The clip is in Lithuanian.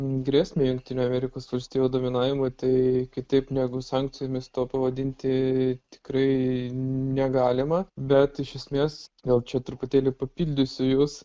grėsmę jungtinių amerikos valstijų dominavimui tai kitaip negu sankcijomis to pavadinti tikrai negalima bet iš esmės gal čia truputėlį papildysiu jus